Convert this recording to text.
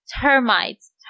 termites